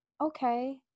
okay